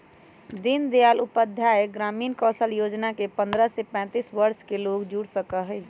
दीन दयाल उपाध्याय ग्रामीण कौशल योजना से पंद्रह से पैतींस वर्ष के लोग जुड़ सका हई